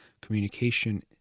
Communication